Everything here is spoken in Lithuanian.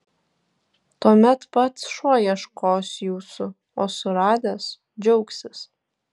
tuomet pats šuo ieškos jūsų o suradęs džiaugsis